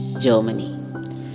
Germany